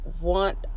want